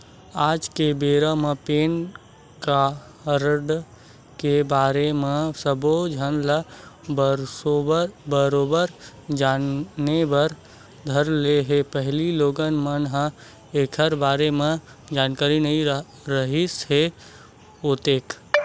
आज के बेरा म पेन कारड के बारे म सब्बो झन ह बरोबर जाने बर धर ले हे पहिली लोगन मन ल ऐखर बारे म जानकारी नइ रिहिस हे ओतका